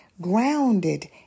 grounded